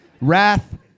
Wrath